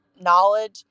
knowledge